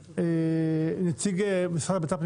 נציג משרד הבט"פ,